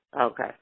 Okay